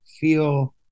feel